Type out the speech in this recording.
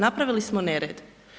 Napravili smo nered.